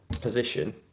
position